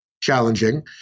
challenging